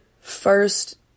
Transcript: first